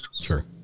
Sure